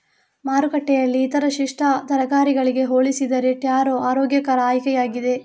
ಮಾರುಕಟ್ಟೆಯಲ್ಲಿ ಇತರ ಪಿಷ್ಟ ತರಕಾರಿಗಳಿಗೆ ಹೋಲಿಸಿದರೆ ಟ್ಯಾರೋ ಆರೋಗ್ಯಕರ ಆಯ್ಕೆಯಾಗಿದೆ